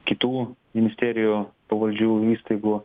kitų ministerijų pavaldžių įstaigų